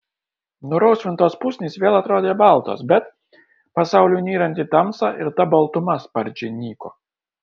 nurausvintos pusnys vėl atrodė baltos bet pasauliui nyrant į tamsą ir ta baltuma sparčiai nyko